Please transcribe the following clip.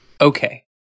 Okay